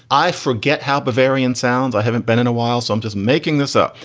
i forget how bavarian sounds. i haven't been in a while, so i'm just making this up.